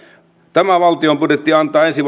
tämä valtion budjetti antaa ensi